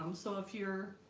so if you're